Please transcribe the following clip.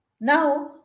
Now